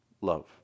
love